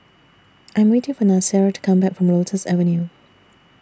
I'm waiting For Nasir to Come Back from Lotus Avenue